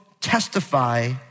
testify